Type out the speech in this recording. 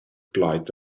plaid